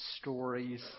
stories